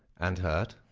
and hurt.